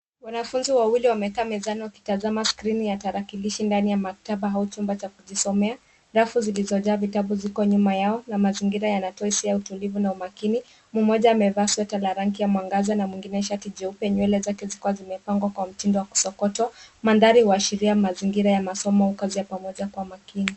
Wanafunzi wawili wamekaa mezani wakitazama skrini ya tarakilishi ndani ya maktaba au chumba cha kujisomea, rafu zilizojaa vitabu ziko nyuma yao na mazingira yanatoa hisia ya utulivu na umakini mmoja amevaa sweta la rangi ya mwangaza na mwingine shati jeupe nywele zake zikiwa zimepangwa kwa mtindo wa kusokotwa mandhari huashiria mazingira ya masomo au kazi ya pamoja kwa makini.